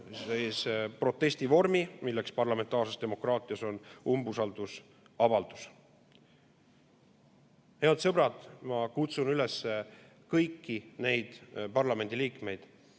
protestivormi, milleks parlamentaarses demokraatias on umbusaldusavaldus. Head sõbrad! Ma kutsun üles kõiki neid parlamendiliikmeid,